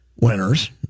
winners